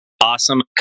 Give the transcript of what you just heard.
awesome